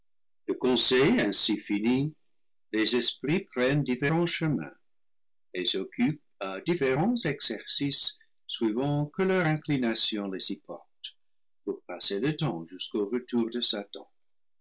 le conseil ainsi fini les esprits prennent différents chemins et s'occupent à différents exercices suivant que leur inclination les y porte pour passer le temps jusqu'au retour de satan